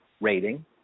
rating